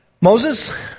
Moses